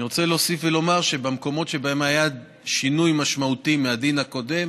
אני רוצה להוסיף ולומר שבמקומות שבהם היה שינוי משמעותי מהדין הקודם